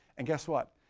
and guess what?